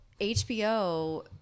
HBO